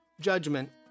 judgment